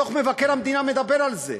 דוח מבקר המדינה מדבר על זה.